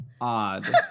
Odd